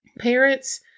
parents